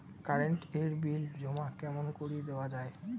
Current এর bill জমা কেমন করি দেওয়া যায়?